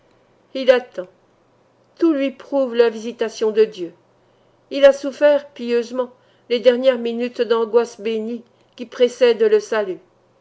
il attend tout lui prouve la visitation de dieu il a souffert pieusement les dernières minutes d'angoisses bénies qui précèdent le salut